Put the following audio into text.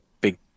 big